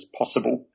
possible